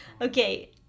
Okay